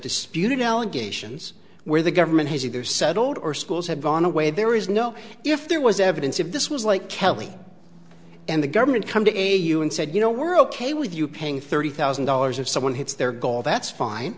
disputed allegations where the government has either settled or schools have gone away there is no if there was evidence if this was like kelly and the government come to a you and said you know we're ok with you paying thirty thousand dollars if someone hits their goal that's fine